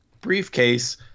briefcase